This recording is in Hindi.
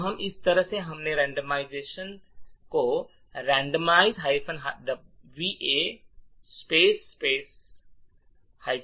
तो इस तरह से हमने randomize va space का मान 0 से 3 में बदल दिया है